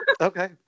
Okay